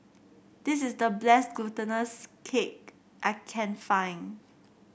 this is the bless glutinous cake I can find